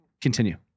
Continue